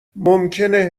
ممکنه